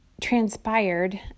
transpired